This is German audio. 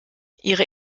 ihre